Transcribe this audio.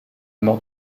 mort